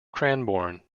cranbourne